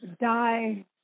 die